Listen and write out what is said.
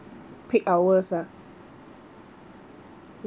peak hours lah